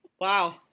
Wow